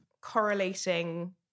correlating